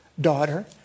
daughter